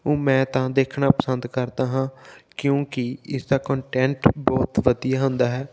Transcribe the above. ਉਂ ਮੈਂ ਤਾਂ ਦੇਖਣਾ ਪਸੰਦ ਕਰਦਾ ਹਾਂ ਕਿਉਂਕਿ ਇਸਦਾ ਕੋਂਟੈਂਟ ਬਹੁਤ ਵਧੀਆ ਹੁੰਦਾ ਹੈ